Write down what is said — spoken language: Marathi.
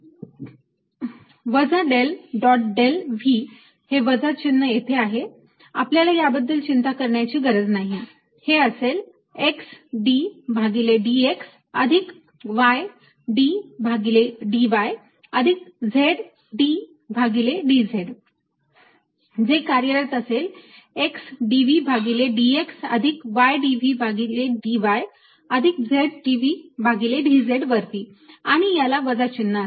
वजा डेल डॉट डेल V हे वजा चिन्ह येथे आहे आपल्याला याबद्दल चिंता करण्याची गरज नाही हे असेल x d भागिले dx अधिक y d भागिले dy अधिक z d भागिले dz जे कार्यरत असेल x dV भागिले dx अधिक y dV भागिले dy अधिक z dV भागिले dz वरती आणि याला वजा चिन्ह असेल